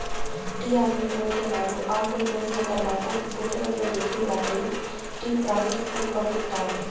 tea ఆకును కోసేవారు ఆకును కోసిన తరవాత బుట్టలల్లో నింపి వాటిని టీ ప్రాసెస్ కు పంపిత్తారు